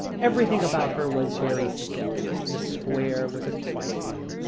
everything about her was very still the square was a quiet one,